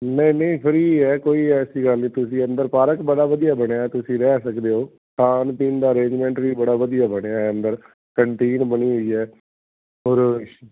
ਨਹੀਂ ਨਹੀਂ ਫਰੀ ਹੈ ਕੋਈ ਐਸੀ ਗੱਲ ਨਹੀਂ ਤੁਸੀਂ ਅੰਦਰ ਪਾਰਕ ਬੜਾ ਵਧੀਆ ਬਣਿਆ ਤੁਸੀਂ ਰਹਿ ਸਕਦੇ ਹੋ ਖਾਣ ਪੀਣ ਦਾ ਅਰੇਜਮੈਂਟ ਵੀ ਬੜਾ ਵਧੀਆ ਬਣਿਆ ਅੰਦਰ ਕੰਨਟੀਨ ਬਣੀ ਹੋਈ ਹੈ ਔਰ